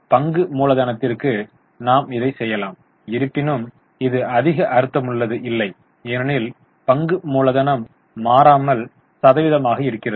எனவே பங்கு மூலதனத்திற்கு நாம் இதைச் செய்யலாம் இருப்பினும் இது அதிக அர்த்தமுள்ளது இல்லை ஏனெனில் பங்கு மூலதனம் மாறாமல் சதவீதமாக இருக்கிறது